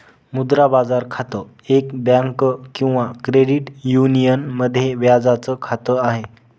मुद्रा बाजार खातं, एक बँक किंवा क्रेडिट युनियन मध्ये व्याजाच खात आहे